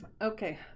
Okay